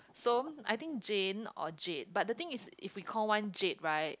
so I think Jane or Jade but the thing is if we call one Jade right